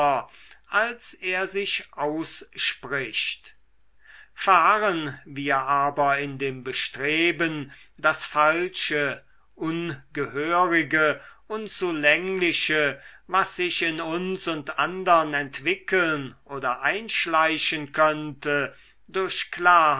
als er sich ausspricht verharren wir aber in dem bestreben das falsche ungehörige unzulängliche was sich in uns und andern entwickeln oder einschleichen könnte durch klarheit